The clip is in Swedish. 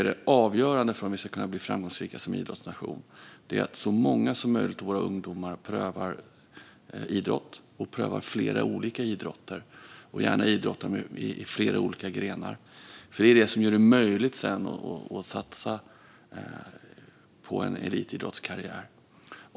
Det avgörande för om Sverige ska kunna bli en framgångsrik idrottsnation är att så många som möjligt av våra ungdomar prövar idrott och prövar flera olika idrotter - gärna flera olika grenar. Det är det som gör det möjligt att sedan satsa på en elitidrottskarriär.